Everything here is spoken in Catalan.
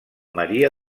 maria